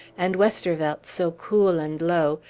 and westervelt's so cool and low,